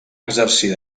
exercir